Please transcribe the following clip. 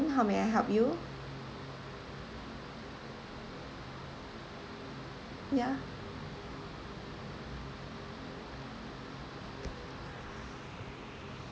how may I help you ya